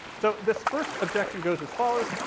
so this first objection goes as follows,